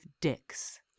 dicks